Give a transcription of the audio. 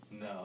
No